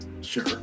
Sure